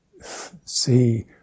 see